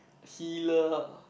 Hiler ah